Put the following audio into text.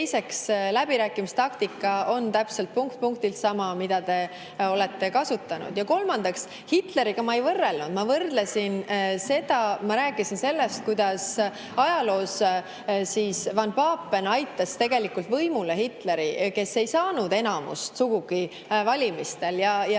Teiseks, see läbirääkimistaktika on täpselt punkt-punktilt sama, mida teie olete kasutanud. Kolmandaks, Hitleriga ma ei võrrelnud. Ma rääkisin sellest, kuidas ajaloos von Papen aitas tegelikult võimule Hitleri, kes ei saanud valimistel sugugi enamust. Ma